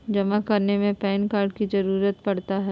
जमा करने में पैन कार्ड की जरूरत पड़ता है?